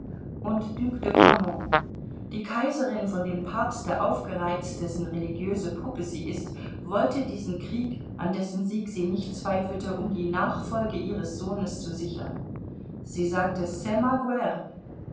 und duc de grammont die kaiserin von dem papste aufgereizt dessen religiöse puppe sie ist wollte diesen krieg an dessen sieg sie nicht zweifelte um die nachfolge ihres sohnes zu sichern sie sagte